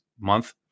month